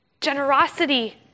generosity